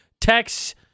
text